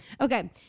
Okay